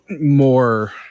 more